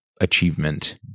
achievement